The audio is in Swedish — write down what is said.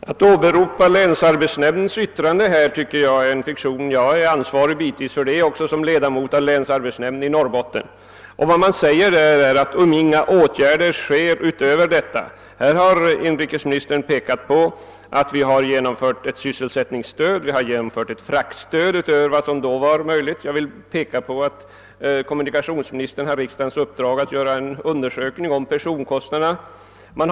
Herr talman! Att åberopa länsarbetsnämndens yttrande i detta sammanhang är en fiktion. Jag är själv bitvis ansvarig för detta yttrande såsom ledamot av länsarbetsnämnden i Norbotten, och jag vet att där säges att om inga ytterligare åtgärder vidtas skulle läget bli mycket dåligt. Men här har inrikesmi nistern pekat på att vi har genomfört ett sysselsättningsstöd och ett fraktstöd utöver vad som förut var möjligt. Jag vill också påminna om att kommunikationsministern har riksdagens uppdrag att göra en undersökning om personkostnaderna på kommunikationsområdet.